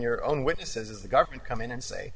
your own witnesses the government come in and say